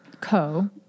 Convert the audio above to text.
Co